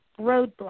Roadblock